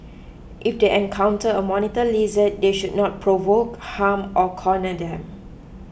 if they encounter a monitor lizard they should not provoke harm or corner them